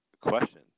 question